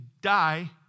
die